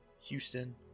Houston